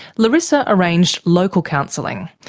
larissa arranged local counselling,